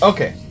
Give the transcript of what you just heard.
Okay